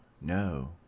No